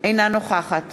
אינה נוכחת